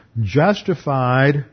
justified